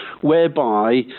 whereby